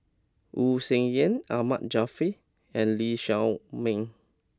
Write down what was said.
Wu Tsai Yen Ahmad Jaafar and Lee Shao Meng